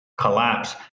collapse